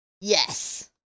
Yes